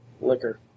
liquor